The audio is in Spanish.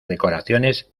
decoraciones